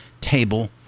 table